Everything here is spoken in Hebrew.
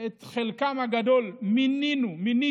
את חלקם הגדול מיניתי,